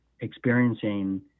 experiencing